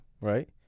right